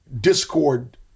Discord